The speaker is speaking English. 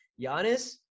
Giannis